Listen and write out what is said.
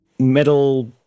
Metal